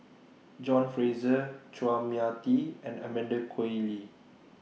John Fraser Chua Mia Tee and Amanda Koe Lee